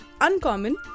uncommon